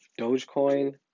Dogecoin